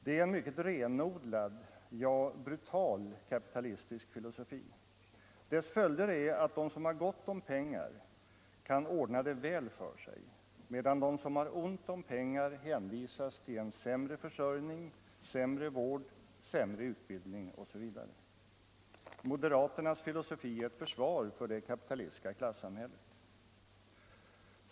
Det är en mycket renodlad, ja, brutal kapitalistisk filosofi. Dess följder är att de som har gott om pengar kan ordna det väl för sig, medan de som har ont om pengar hänvisas till sämre försörjning, sämre vård, sämre utbildning osv. Moderaternas filosofi är ett försvar för det kapitalistiska klassamhället.